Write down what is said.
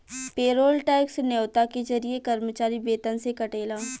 payroll tax न्योता के जरिए कर्मचारी वेतन से कटेला